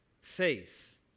faith